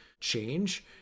change